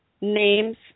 names